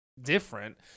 different